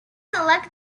select